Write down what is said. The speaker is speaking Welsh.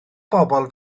bobl